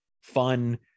Fun